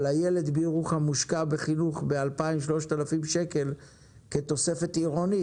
אבל הילד בירוחם מושקע בחינוך ב-2,000 3,000 שקלים כתוספת עירונית